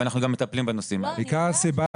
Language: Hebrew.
ואנחנו גם מטפלים בנושאים האלה.